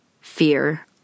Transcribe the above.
fear